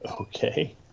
Okay